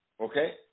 Okay